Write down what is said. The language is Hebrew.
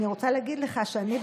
אני רוצה להגיד לך שאני,